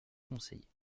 conseillers